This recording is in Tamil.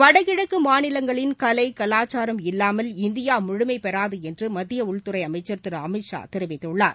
வடகிழக்கு மாநிலங்களின் கலை கலாச்சாரம் இல்லாமல் இந்தியா முழுமை பெறாது என்று மத்திய உள்துறை அமைச்சர் திரு அமித் ஷா தெரிவித்துள்ளார்